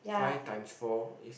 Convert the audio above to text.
five times four is